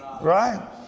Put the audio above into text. Right